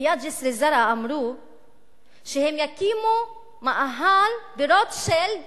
ליד ג'סר-א-זרקא אמרו שהם יקימו מאהל ברוטשילד